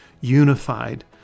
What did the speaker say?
unified